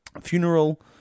funeral